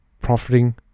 profiting